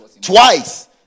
twice